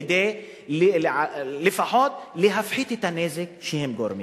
כדי לפחות להפחית את הנזק שהם גורמים.